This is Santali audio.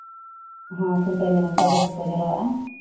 ᱦᱚᱸ ᱠᱷᱩᱱᱴᱟᱹᱣ ᱧᱮᱞ ᱦᱚᱲ ᱵᱮᱥ ᱜᱮᱠᱚ ᱡᱟᱨᱣᱟᱜᱼᱟ